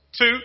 Two